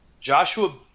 Joshua